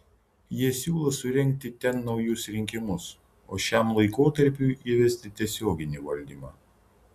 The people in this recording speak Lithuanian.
jie siūlo surengti ten naujus rinkimus o šiam laikotarpiui įvesti tiesioginį valdymą